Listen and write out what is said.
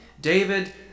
David